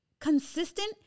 consistent